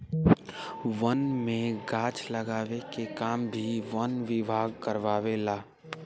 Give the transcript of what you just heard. वन में गाछ लगावे के काम भी वन विभाग कारवावे ला